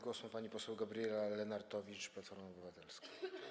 Głos ma pani poseł Gabriela Lenartowicz, Platforma Obywatelska.